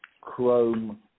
Chrome